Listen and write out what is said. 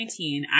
2019